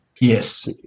Yes